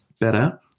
better